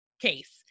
case